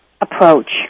approach